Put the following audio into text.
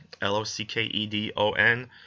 L-O-C-K-E-D-O-N